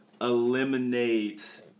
eliminate